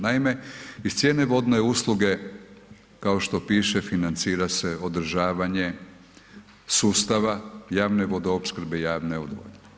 Naime, iz cijene vodne usluge kao što piše financira se održavanje sustava javne vodoopskrbe i javne odvodnje.